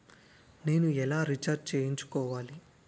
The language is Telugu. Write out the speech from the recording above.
నేను ఎలా రీఛార్జ్ చేయించుకోవాలి?